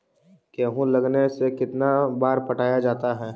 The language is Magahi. गेहूं लगने से कितना बार पटाया जाता है?